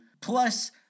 Plus